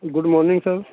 good morning sir